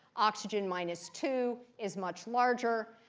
oxygen minus two is much larger.